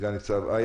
סנ"צ איה